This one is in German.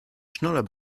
schnuller